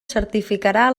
certificarà